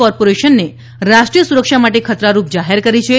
કોર્પોરેશનને રાષ્ટ્રીય સુરક્ષા માટે ખતરારૂપ જાહેર કરી છે